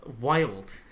wild